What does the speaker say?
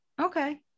Okay